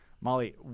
Molly